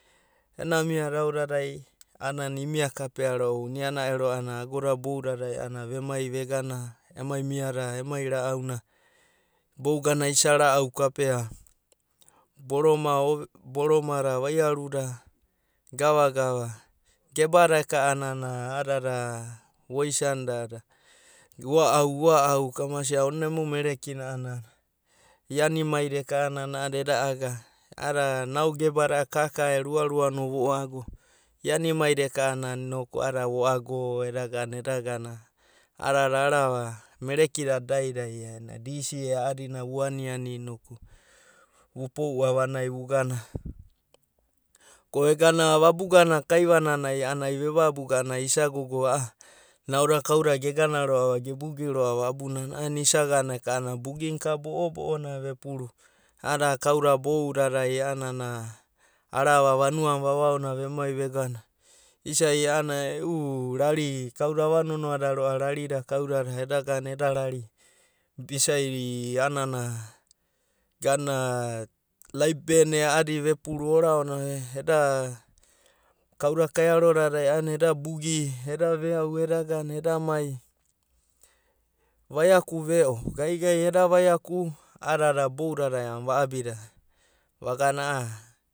Ena mia da as dadai a’anana ia mia kapea roa’va emai mia da emai ebo da baganai isara’au, boroma da, gebada ekananai voisanida va’au, emu merekina eka’ananai ianaimaida eka ananai eda agapura, a’adada nao geba da kaka e rua. ru no, ianimai da ekananai eda gana a’adada merekiada taip a’anana, raisi da vuani vuani a’anana vupoua vanai, ko vegana vabugana kaiuanan, a’anana a’vevabuga a’anana ai isa gana, nao da kau’dada gegana roa’a a’anana isa gana eka’ananai bugi, naka bo’o bou’bo nana ka isa. vavaia, a’adada a’anana kauda bouda dai vanua nai vava ono da umai kagana isai anana e’u rari nai, ava nonoa da roa’va kau da eda gana eda mai eda bugi, vaiku veo, gai gai eda vai aka a’anana va’abida vagana a’a